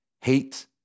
hate